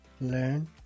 learn